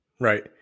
Right